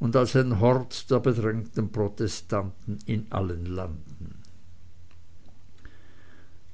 und als ein hort der bedrängten protestanten in allen landen